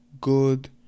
good